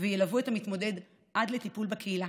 וילוו את המתמודד עד לטיפול בקהילה,